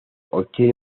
obtiene